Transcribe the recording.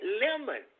lemon